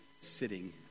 sitting